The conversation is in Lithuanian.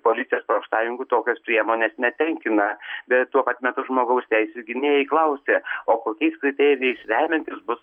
policijos profsąjungų tokios priemonės netenkina bet tuo pat metu žmogaus teisių gynėjai klausia o kokiais kriterijais remiantis bus